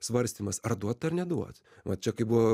svarstymas ar duot ar neduot va čia kaip buvo